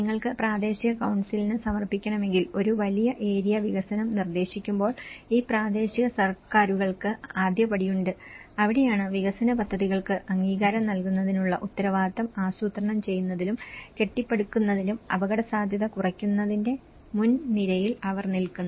നിങ്ങൾക്ക് പ്രാദേശിക കൌൺസിലിന് സമർപ്പിക്കണമെങ്കിൽ ഒരു വലിയ ഏരിയ വികസനം നിർദ്ദേശിക്കുമ്പോൾ ഈ പ്രാദേശിക സർക്കാരുകൾക്ക് ആദ്യപടിയുണ്ട് അവിടെയാണ് വികസന പദ്ധതികൾക്ക് അംഗീകാരം നൽകുന്നതിനുള്ള ഉത്തരവാദിത്തം ആസൂത്രണം ചെയ്യുന്നതിലും കെട്ടിപ്പടുക്കുന്നതിലും അപകടസാധ്യത കുറയ്ക്കുന്നതിന്റെ മുൻ നിരയിൽ അവർ നിൽക്കുന്നത്